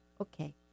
Okay